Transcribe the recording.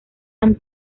han